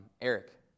Eric